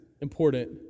important